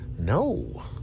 No